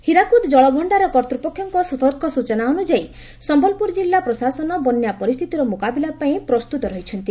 ହୀରାକୁଦ ଜଳଭଣ୍ଡାର କର୍ତ୍ତୃପକ୍ଷଙ୍କ ସୂଚନା ଅନୁଯାୟୀ ସମ୍ୟଲପୁର ଜିଲ୍ଲା ପ୍ରଶାସନ ବନ୍ୟା ପରିସ୍ଥିତିର ମୁକାବିଲାପାଇଁ ପ୍ରସ୍ତୁତ ରହିଛନ୍ତି